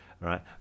right